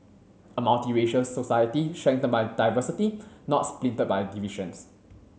a multiracial society strengthened by diversity not splintered by divisions